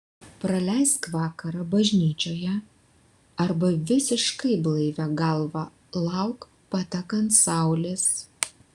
praleisk vakarą bažnyčioje arba visiškai blaivia galva lauk patekant saulės